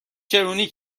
چرونی